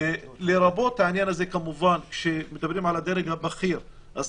לרבות העניין שמדברים על הדרג הבכיר שאז